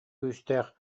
күүстээх